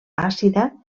àcida